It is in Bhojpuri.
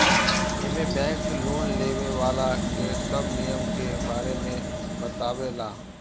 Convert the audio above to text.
एमे बैंक लोन लेवे वाला के सब नियम के बारे में बतावे ला